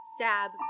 stab